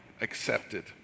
accepted